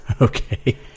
Okay